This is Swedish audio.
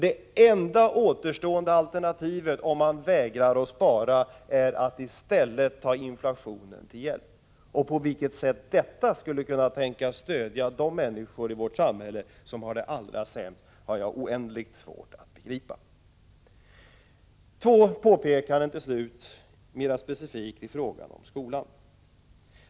Det enda återstående alternativet, om man vägrar att spara, är nämligen att i stället ta inflationen till hjälp. På vilket sätt detta skulle kunna tänkas stödja de människor i vårt samhälle som har det allra sämst har jag oändligt svårt att begripa. Till slut två mer specifika påpekanden när det gäller skolan.